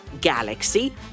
galaxy